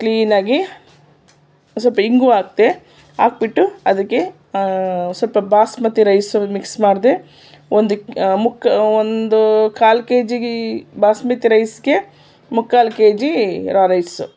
ಕ್ಲೀನಾಗಿ ಸ್ವಲ್ಪ ಹಿಂಗು ಹಾಕಿದೆ ಹಾಕಿಬಿಟ್ಟು ಅದಕ್ಕೆ ಸ್ವಲ್ಪ ಬಾಸ್ಮತಿ ರೈಸು ಮಿಕ್ಸ್ ಮಾಡಿದೆ ಒಂದಕ್ಕೆ ಮುಕ್ ಒಂದು ಕಾಲು ಕೆ ಜಿಗೆ ಬಾಸ್ಮತಿ ರೈಸ್ಗೆ ಮುಕ್ಕಾಲು ಕೆ ಜೀ ರಾ ರೈಸು